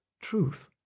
truth